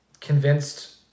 convinced